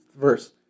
verse